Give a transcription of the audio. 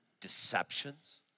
deceptions